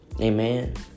Amen